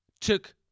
took